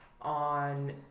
on